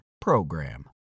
PROGRAM